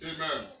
Amen